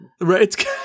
Right